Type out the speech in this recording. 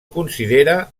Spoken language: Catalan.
considera